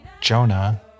Jonah